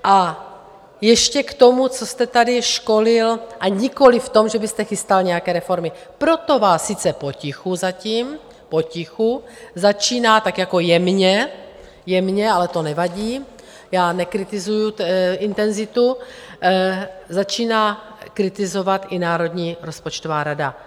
A ještě k tomu, co jste tady školil, a nikoliv v tom, že byste chystal nějaké reformy, proto vás sice potichu zatím, potichu začíná tak jako jemně, jemně, ale to nevadí, já nekritizuju intenzitu, začíná kritizovat i Národní rozpočtová rada.